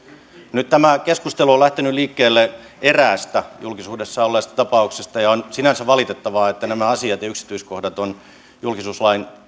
nyt tämä keskustelu on lähtenyt liikkeelle eräästä julkisuudessa olleesta tapauksesta ja on sinänsä valitettavaa että nämä asiat ja yksityiskohdat ovat julkisuuslain